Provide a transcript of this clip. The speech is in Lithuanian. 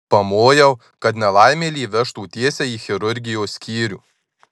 pamojau kad nelaimėlį vežtų tiesiai į chirurgijos skyrių